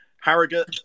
Harrogate